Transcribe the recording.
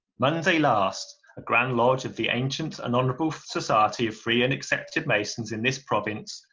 monday last a grand lodge of the ancient and honorable society of free and accepted masons in this province,